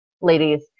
ladies